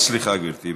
סליחה, גברתי.